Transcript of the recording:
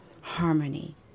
harmony